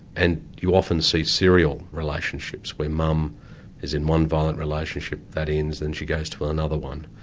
and you often see serial relationships where mum is in one violent relationship that ends, and she goes to another one.